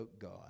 God